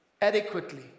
adequately